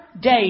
day